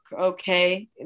Okay